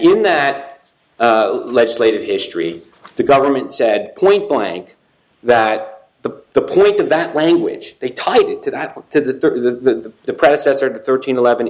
in that legislative history the government said point blank that the the point of that language they tied to that one to the predecessor to thirteen eleven